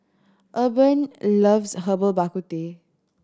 Urban loves Herbal Bak Ku Teh